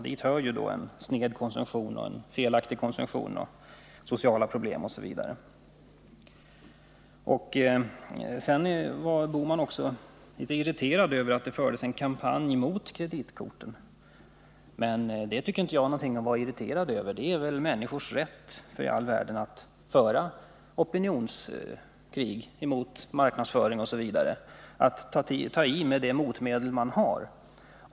Dit hör en sned och felaktig konsumtion, sociala problem osv. Gösta Bohman var också litet irriterad över att det fördes en kampanj mot kreditkorten. Det är väl ingenting att vara irriterad över — det är människors rätt att föra opinionskrig mot marknadsföring och liknande, att ta till de motmedel de har.